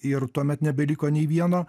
ir tuomet nebeliko nei vieno